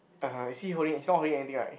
ah [huh] is he holding he's not holding anything right